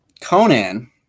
Conan